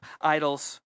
idols